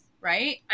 right